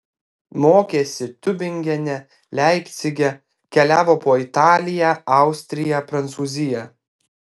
mokėsi tiubingene leipcige keliavo po italiją austriją prancūziją